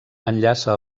enllaça